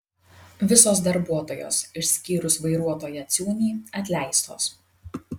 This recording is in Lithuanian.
visos darbuotojos išskyrus vairuotoją ciūnį atleistos